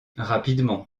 rapidement